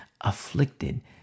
afflicted